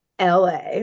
LA